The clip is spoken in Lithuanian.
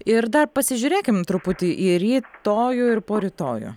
ir dar pasižiūrėkim truputį į rytojų ir porytojų